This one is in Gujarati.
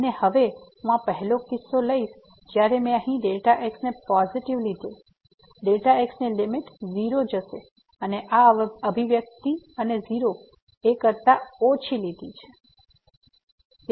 અને હવે હું આ પહેલો કિસ્સો લઈશ જ્યારે મેં અહીં x ને પોઝીટીવ લીધેલ x ની લીમીટ 0 જશે અને આ અભિવ્યક્તિ અને 0 કરતા ઓછી લીધી છે